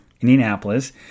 Indianapolis